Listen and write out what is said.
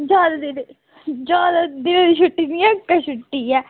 जैदा दिन जैदा देर करी नीं करी सकने छुट्टी ऐ